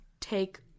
take